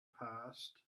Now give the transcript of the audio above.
passed